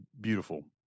beautiful